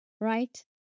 right